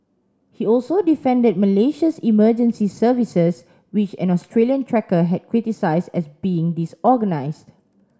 he also defended Malaysia's emergency services which an Australian trekker had criticised as being disorganised